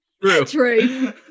true